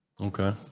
Okay